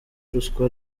ruswa